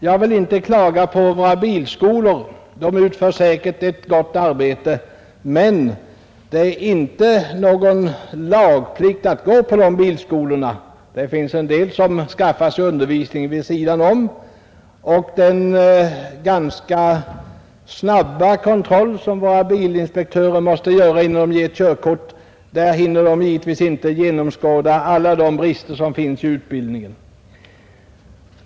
Jag vill inte klaga på våra bilskolor. De utför säkert ett gott arbete, men det är inte någon lagplikt att gå i dem. Det finns en del som skaffar sig undervisning vid sidan om, och vid den ganska snabba kontrollen som våra bilinspektörer måste göra, innan de ger ett körkort, hinner de givetvis inte genomskåda alla de brister som finns i utbildningen.